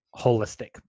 holistic